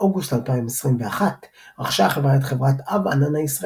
באוגוסט 2021 רכשה החברה את חברת "עב ענן" הישראלית,